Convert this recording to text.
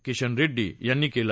किशन रेड्डी यांनी केलं